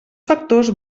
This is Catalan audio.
factors